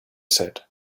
said